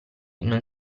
non